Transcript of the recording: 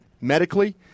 medically